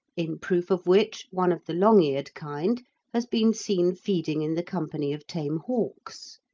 in proof of which one of the long-eared kind has been seen feeding in the company of tame hawks